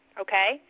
okay